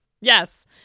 Yes